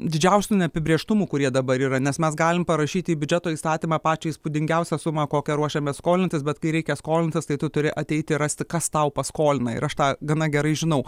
didžiausių neapibrėžtumų kurie dabar yra nes mes galim parašyt į biudžeto įstatymą pačią įspūdingiausią sumą kokią ruošiamės skolintis bet kai reikia skolintis tai tu turi ateiti rasti kas tau paskolina ir aš tą gana gerai žinau